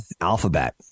alphabet